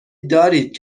دارید